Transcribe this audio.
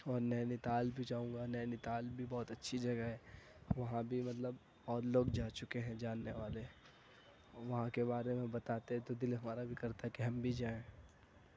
اور نینی تال بھی جاؤں گا نینی تال بھی بہت اچھی جگہ ہے وہاں بھی مطلب اور لوگ جا چکے ہیں جاننے والے وہاں کے بارے میں بتاتے ہیں تو دل ہمارا بھی کرتا ہے کہ ہم بھی جائیں